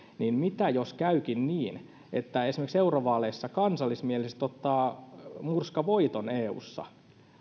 niin mitä jos käykin niin että esimerkiksi eurovaaleissa kansallismieliset ottavat murskavoiton eussa